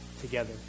together